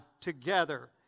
together